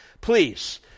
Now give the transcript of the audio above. Please